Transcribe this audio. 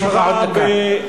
יש לך עוד דקה.